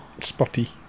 spotty